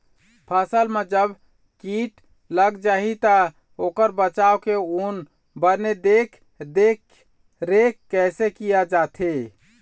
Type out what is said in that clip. फसल मा जब कीट लग जाही ता ओकर बचाव के अउ बने देख देख रेख कैसे किया जाथे?